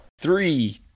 Three